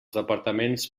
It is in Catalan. departaments